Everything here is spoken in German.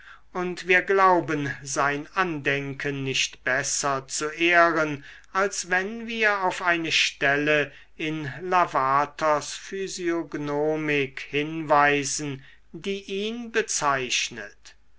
und wir glauben sein andenken nicht besser zu ehren als wenn wir auf eine stelle in lavaters physiognomik hinweisen die ihn bezeichnet